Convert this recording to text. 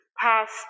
past